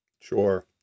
Sure